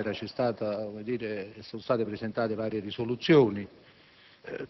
alla Camera dei deputati varie risoluzioni